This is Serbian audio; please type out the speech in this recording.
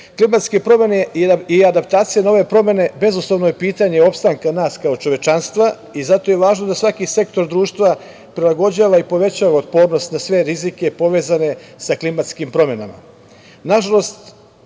kraju. Klimatske promene i adaptacije na ove promene bezuslovno je pitanje opstanka nas kao čovečanstva i zato je važno da svaki sektor društva prilagođava i povećava otpornost na sve rizike povezane sa klimatskim promenama. Nažalost,